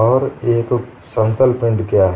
और एक समतल पिंड क्या है